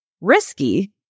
risky